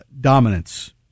dominance